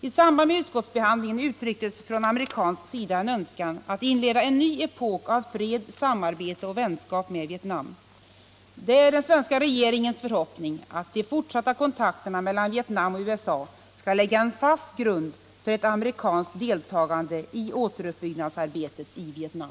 I samband med utskottsbehandlingen uttrycktes från amerikansk sida en önskan att inleda en ny epok av fred, samarbete och vänskap med Vietnam. Det är den svenska regeringens förhoppning att de fortsatta kontakterna mellan Vietnam och USA skall lägga en fast grund för ett amerikanskt deltagande i återuppbyggnadsarbetet i Vietnam.